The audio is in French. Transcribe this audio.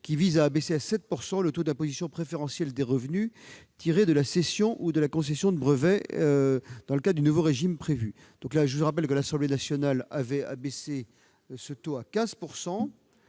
qui vise à abaisser à 7 % le taux préférentiel des revenus tirés de la cession ou de la concession de brevets dans le cadre du nouveau régime prévu. Je rappelle que l'Assemblée nationale avait abaissé ce taux à 15